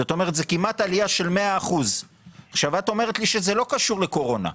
זאת אומרת שזאת כמעט עלייה של 100%. את אומרת לי שזה לא קשור לקורונה.